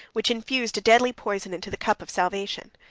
which infused a deadly poison into the cup of salvation.